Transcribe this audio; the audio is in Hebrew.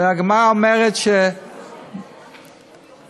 והגמרא אומרת על בלעם,